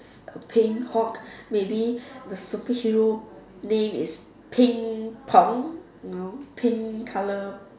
a pink Hulk maybe the super hero name is pink Tom you know pink color